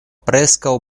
preskaŭ